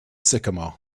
sycamore